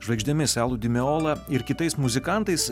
žvaigždėmis elu dimeola ir kitais muzikantais